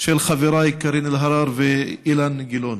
של חבריי קארין אלהרר ואילן גילאון.